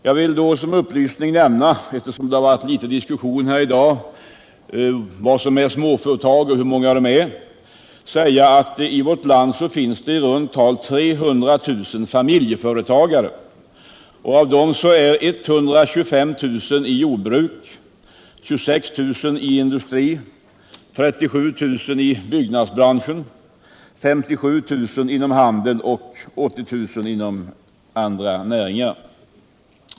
Jag vill som en upplysning nämna, eftersom det här har diskuterats vad som är småföretag och hur många de är, att det i vårt land i dag finns i runt tal 300 000 familjeföretagare. Av dessa finns 125 000 i jordbruket, 26 000 i industrin, 37 000 i byggnadsbranschen, 57 000 inom handeln och 80 000 i andra näringar.